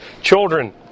children